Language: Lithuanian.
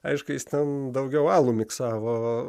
aišku jis ten daugiau alų miksavo